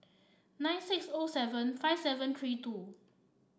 nine six O seven five seven three two